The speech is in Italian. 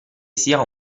sia